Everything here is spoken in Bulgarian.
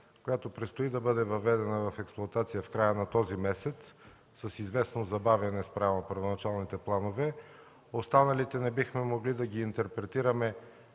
която предстои да бъде въведена в експлоатация в края на този месец, с известно забавяне спрямо първоначалните планове, останалите не бихме могли да ги интерпретираме